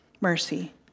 Mercy